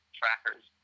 trackers